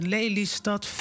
Lelystad